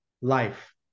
life